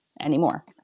anymore